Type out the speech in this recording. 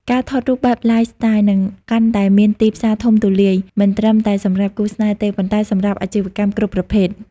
ការថតរូបបែប Lifestyle នឹងកាន់តែមានទីផ្សារធំទូលាយ មិនត្រឹមតែសម្រាប់គូស្នេហ៍ទេ ប៉ុន្តែសម្រាប់អាជីវកម្មគ្រប់ប្រភេទ។